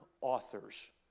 authors